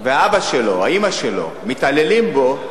והאבא שלו, האמא שלו, מתעללים בו,